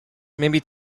maybe